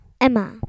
Emma